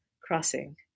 crossing